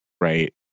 right